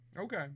Okay